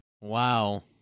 Wow